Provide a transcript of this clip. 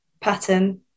pattern